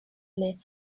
les